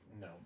No